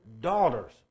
daughters